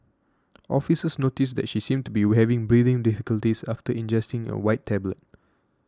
officers noticed that she seemed to be having breathing difficulties after ingesting a white tablet